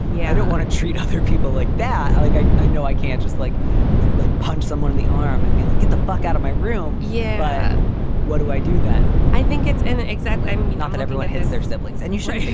yeah. i don't want to treat other people like that. i like i i know i can't just like like punch someone in the arm and be like, get the fuck out of my room. yeah, but what do i do then? i think it's an exact i mean not that everyone hates their siblings. and you say